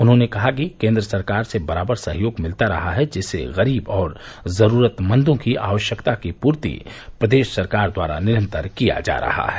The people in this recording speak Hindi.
उन्होंने कहा कि केन्द्र सरकार से बराबर सहयोग मिलता रहा है जिससे गरीब और जरूरमंदो की आवश्यकता की पूर्ति प्रदेश सरकार द्वारा निरन्तर किया किया जा रहा है